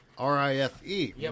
R-I-F-E